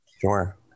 sure